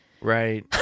Right